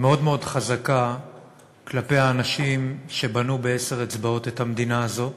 מאוד מאוד חזקה כלפי האנשים שבנו בעשר אצבעות את המדינה הזאת,